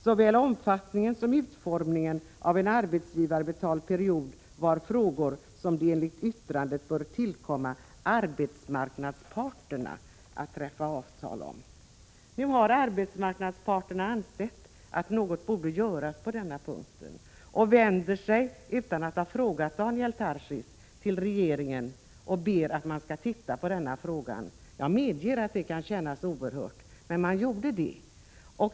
Såväl omfattningen som utformningen av en arbetsgivarbetald period var enligt yttrandet frågor som det bör tillkomma arbetsmarknadsparterna att träffa avtal om. Nu har arbetsmarknadsparterna ansett att något borde göras på denna punkt, och de har vänt sig till regeringen, utan att ha frågat Daniel Tarschys, och bett att den skall titta på frågan. Jag medger att det kan kännas oerhört, men man gjorde det.